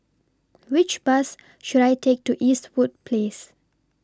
Which Bus should I Take to Eastwood Place